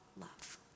love